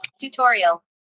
tutorial